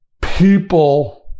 people